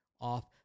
off